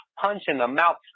punch-in-the-mouth